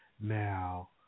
Now